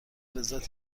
لذت